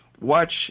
watch